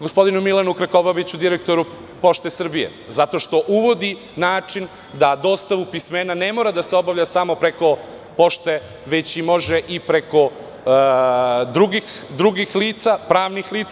gospodinu Milanu Krkobabiću, direktoru PTT, zato što uvodi način da dostava pismena ne mora da se obavlja samo preko PTT, već može i preko drugih pravnih lica.